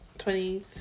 Twenty